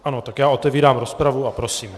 Ano, tak já otevírám rozpravu a prosím.